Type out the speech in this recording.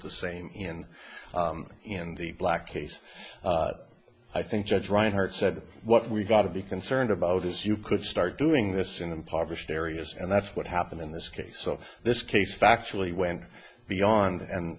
the same and in the black case i think judge reinhardt said what we've got to be concerned about is you could start doing this in impoverished areas and that's what happened in this case so this case factually went beyond and